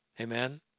Amen